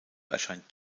erscheint